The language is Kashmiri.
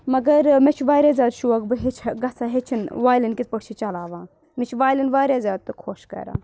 مگر مےٚ چھُ واریاہ زیادٕ شوق بہٕ ہیٚچھہہَ گژھہہَ ہیٚچھِنۍ وایِلؠن کِتھ پٲٹھۍ چھِ چَلاوان مےٚ چھِ وایِلؠن واریاہ زیادٕ تہٕ خۄش کَران